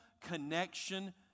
connection